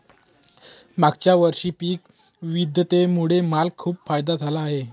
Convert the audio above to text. मागच्या वर्षी पिक विविधतेमुळे मला खूप फायदा झाला आहे